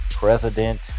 president